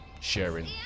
sharing